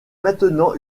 maintenant